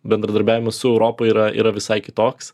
bendradarbiavimas su europa yra yra visai kitoks